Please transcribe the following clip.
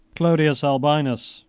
clodius albinus,